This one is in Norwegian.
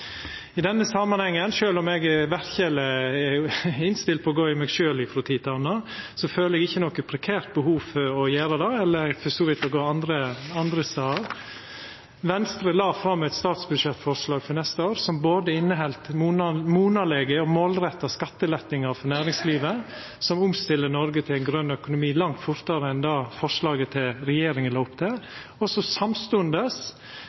I denne samanhengen, sjølv om eg verkeleg er innstilt på å gå i meg sjølv frå tid til anna, føler eg ikkje noko prekært behov for å gjera det, eller for så vidt å gå andre stader. Venstre la fram eit statsbudsjettforslag for neste år som inneheldt både monalege og målretta skattelettar for næringslivet som omstiller Noreg til ein grøn økonomi langt fortare enn det forslaget til regjeringa la opp